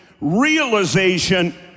realization